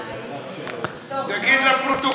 תגיד לפרוטוקול: עיסאווי פריג'.